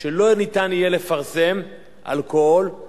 שלא ניתן יהיה לפרסם אלכוהול עם